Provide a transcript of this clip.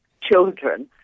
children